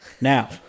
Now